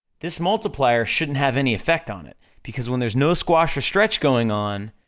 this multiplier shouldn't have any effect on it, because when there's no squash or stretch going on,